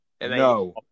No